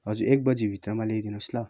हजुर एक बजी भित्रमा ल्याइदिनुहोस् ल